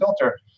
filter